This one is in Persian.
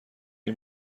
این